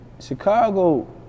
Chicago